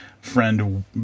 friend